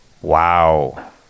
wow